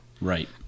Right